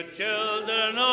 children